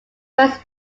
first